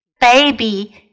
baby